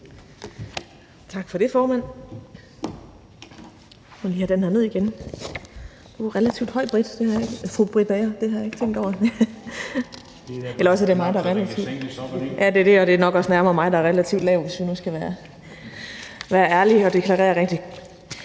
Tak for det, formand.